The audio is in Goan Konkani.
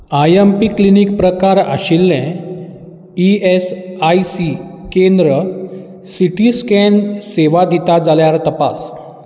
आयमपी क्लिनीक प्रकार आशिल्लें ईएसआयसी केंद्र सीटी स्कॅन सेवा दिता जाल्यार तपास